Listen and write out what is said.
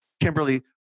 Kimberly